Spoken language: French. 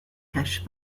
cache